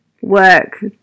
work